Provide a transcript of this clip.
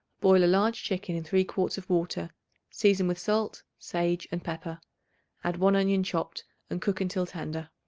boil a large chicken in three quarts of water season with salt, sage and pepper add one onion chopped and cook until tender.